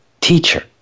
teacher